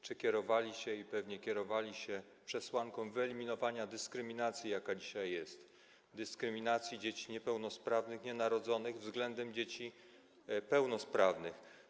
Czy kierowali się, pewnie kierowali się, przesłanką wyeliminowania dyskryminacji, jaka dzisiaj jest, dyskryminacji dzieci niepełnosprawnych, nienarodzonych względem dzieci pełnosprawnych?